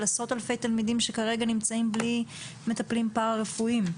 עשרות אלפי תלמידים שנמצאים כרגע בלי מטפלים פרא רפואיים,